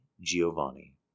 Giovanni